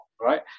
right